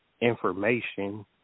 information